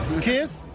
Kiss